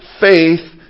faith